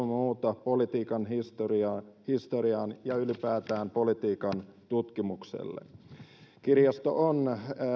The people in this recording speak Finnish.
muuta politiikan historiaan ja ylipäätään politiikan tutkimukselle kirjasto on